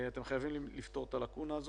אתם חייבים לפתור את הלקונה הזו.